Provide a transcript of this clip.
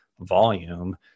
volume